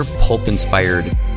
pulp-inspired